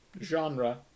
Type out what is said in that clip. genre